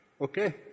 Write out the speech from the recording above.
Okay